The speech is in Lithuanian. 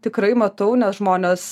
tikrai matau nes žmonės